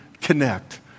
connect